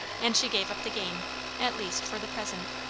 and she gave up the game at least for the present.